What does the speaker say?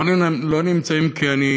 לא נמצאים כאן.